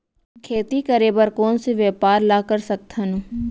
खेती करे बर कोन से व्यापार ला कर सकथन?